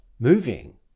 moving